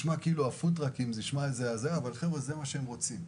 הפודטראקים זה מה שהם רוצים.